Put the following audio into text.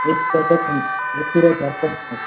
AC third class ఉంది ఏసీలో third class ఉన్నాయి